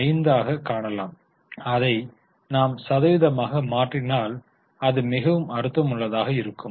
05 ஆக காணலாம் அதை நாம் சதவீதமாக மாற்றினால் அது மிகவும் அர்த்தமுள்ளதாக இருக்கும்